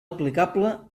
aplicable